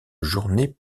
journée